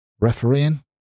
refereeing